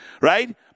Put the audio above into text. right